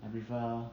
I prefer